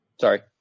Sorry